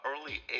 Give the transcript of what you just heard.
early